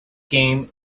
game